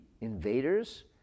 invaders